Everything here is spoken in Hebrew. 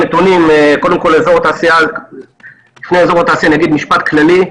נתונים, ולפני אזור התעשייה אני אגיד משפט כללי.